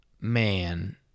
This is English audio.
Man